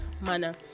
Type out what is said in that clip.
manner